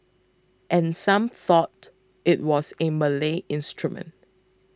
and some thought it was a Malay instrument